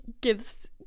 gives